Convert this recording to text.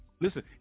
Listen